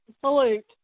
salute